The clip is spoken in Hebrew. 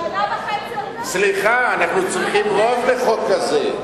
שנה וחצי עברו, סליחה, אנחנו צריכים רוב לחוק כזה.